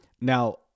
Now